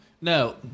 No